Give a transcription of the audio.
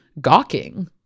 gawking